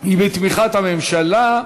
היא בתמיכת הממשלה.